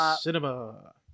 cinema